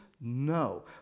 No